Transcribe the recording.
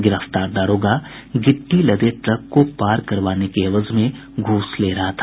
गिरफ्तार दारोगा गिट्टी लदे ट्रक को पार करवाने के एवज में घूस ले रहा था